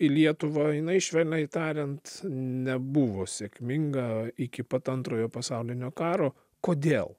į lietuvą jinai švelniai tariant nebuvo sėkminga iki pat antrojo pasaulinio karo kodėl